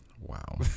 Wow